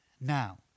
Now